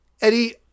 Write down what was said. Eddie